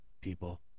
people